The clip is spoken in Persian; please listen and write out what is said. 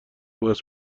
باعث